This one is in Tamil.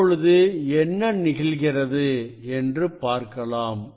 இப்பொழுது என்ன நிகழ்கிறது என்று பார்க்கலாம்